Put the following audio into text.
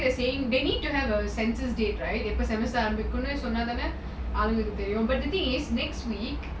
there need to have a sensor state right எப்போ:epo semster ஆரம்பிக்கும்னு சொன்ன தான ஆளுங்களுக்கு தெரியும்:aarambikumnu sonna thaana alungaluku teriyum but the thing is next week